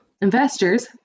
Investors